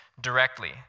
directly